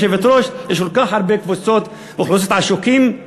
יש כל כך הרבה קבוצות אוכלוסייה עשוקות,